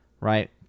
right